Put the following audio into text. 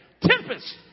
Tempest